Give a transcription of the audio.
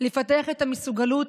לפתח את המסוגלות,